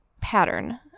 pattern